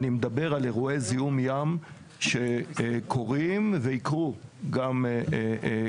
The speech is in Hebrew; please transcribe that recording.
אני מדבר על אירועי זיהום ים שקורים ויקרו גם בעתיד.